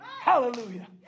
Hallelujah